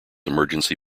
emergency